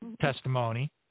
testimony